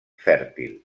fèrtil